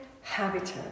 habitat